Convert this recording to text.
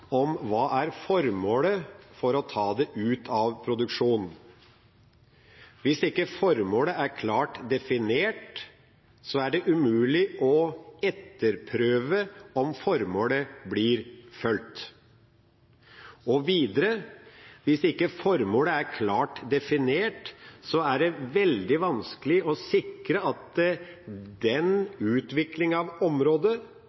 om hva formålet med å ta det ut av produksjon er. Hvis ikke formålet er klart definert, er det umulig å etterprøve om formålet blir fulgt. Og videre: Hvis ikke formålet er klart definert, er det veldig vanskelig å sikre at utviklingen av området